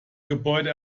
gebäude